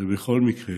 ובכל מקרה,